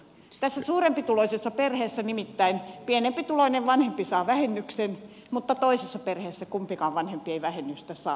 tässä suurempituloisessa perheessä nimittäin pienempituloinen vanhempi saa vähennyksen mutta toisessa perheessä kumpikaan vanhempi ei vähennystä saa